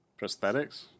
Prosthetics